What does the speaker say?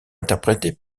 interprétés